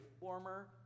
former